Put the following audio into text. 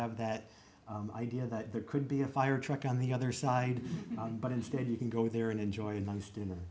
have that idea that there could be a fire truck on the other side but instead you can go there and enjoy a nice dinner